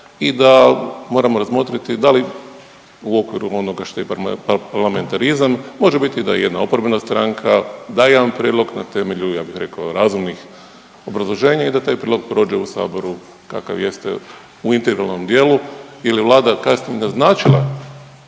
i da moramo razmotriti da li u okviru onoga što je parlamentarizam može biti daje jedna oporbena stranka daje jedan prijedlog na temelju ja bih rekao razumnih obrazloženja i da taj prijedlog prođe u Saboru kakav jeste u integralnom dijelu jer je Vlada kasnije naznačila